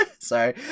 Sorry